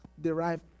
derive